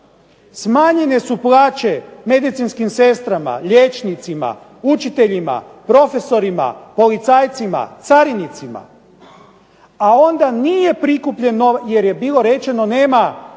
smanjene su plaće medicinskim sestrama, liječnicima, učiteljima, profesorima, policajcima, carinicima, a onda nije prikupljen, jer bilo rečeno nema